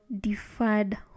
deferred